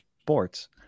sports